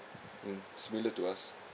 mm similar to us